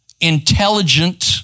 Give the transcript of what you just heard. intelligent